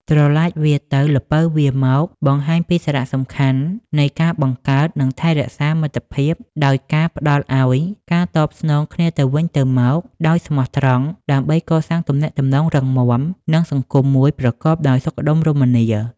ប្រឡាចវារទៅ ល្ពៅវារមក បង្ហាញពីសារៈសំខាន់នៃការបង្កើត និងថែរក្សាមិត្តភាពដោយការផ្តល់ឲ្យ និងការតបស្នងគ្នាទៅវិញទៅមកដោយស្មោះត្រង់ ដើម្បីកសាងទំនាក់ទំនងរឹងមាំ និងសង្គមមួយប្រកបដោយសុខដុមរមនា។